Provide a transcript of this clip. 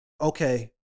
okay